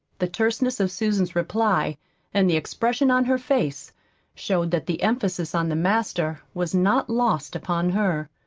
the terseness of susan's reply and the expression on her face showed that the emphasis on the master was not lost upon her.